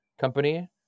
company